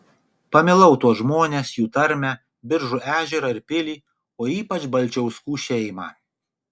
pamilau tuos žmones jų tarmę biržų ežerą ir pilį o ypač balčiauskų šeimą